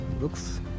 looks